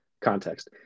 context